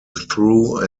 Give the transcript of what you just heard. through